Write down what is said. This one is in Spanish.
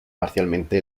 parcialmente